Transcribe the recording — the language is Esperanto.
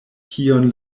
kion